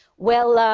well, um,